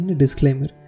disclaimer